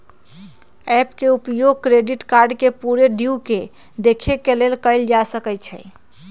app के उपयोग credit card के पूरे ड्यू के देखे के लेल कएल जा सकइ छै